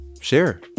share